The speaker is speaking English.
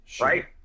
right